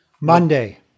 Monday